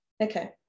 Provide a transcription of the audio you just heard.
Okay